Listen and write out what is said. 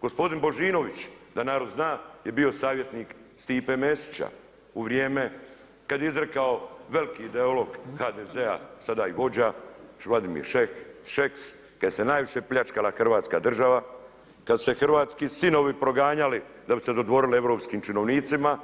Gospodin Božinović da narod zna je bio savjetnik Stipe Mesića, u vrijeme kada je izrekao veliki ideolog HDZ-a, sada i vođe, Vladimir Šeks, kada se najviše pljačkala Hrvatska država, kada su se hrvatski sinovi proganjali da bi se dodvorilo europskim činovnicima,